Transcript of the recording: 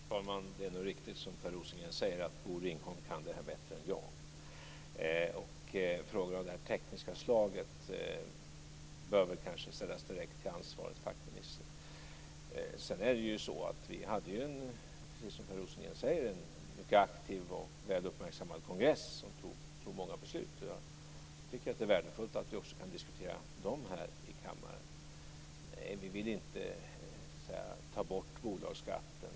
Fru talman! Det är nog riktigt som Per Rosengren säger att Bosse Ringholm kan det här bättre än jag. Frågor av det här tekniska slaget bör kanske ställas direkt till ansvarig fackminister. Vi hade, som Per Rosengren säger, en mycket aktiv och väl uppmärksammad kongress som fattade många beslut. Jag tycker att det är värdefullt att vi kan diskutera även dem här i kammaren. Nej, vi vill inte ta bort bolagsskatten.